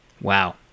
Wow